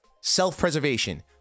self-preservation